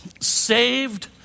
saved